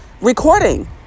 recording